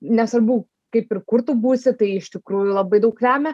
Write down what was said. nesvarbu kaip ir kur tu būsi tai iš tikrųjų labai daug lemia